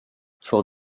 for